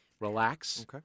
relax